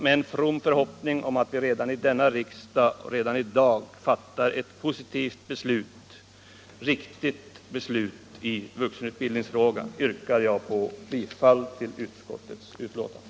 Med en from förhoppning om att vi redan vid denna riksdag, redan i dag, fattar ett positivt och riktigt beslut i vuxenutbildningsfrågan yrkar jag bifall till utskottets hemställan.